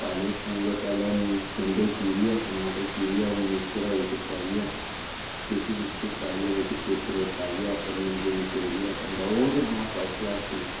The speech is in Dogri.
पाई ले पूरे पैह्लें गंढे चीरियै टमाटर चीरियै ओह् मिक्सचरै बिच्च पाइयै चिप्स चुप्स पाइयै बिच्च कुरकुरे पाइयै उप्पर निम्बू नचोड़ियै बंदा ओह् ते माए फस्ट क्लास न